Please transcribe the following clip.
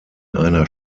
einer